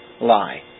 lie